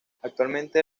actualmente